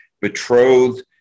betrothed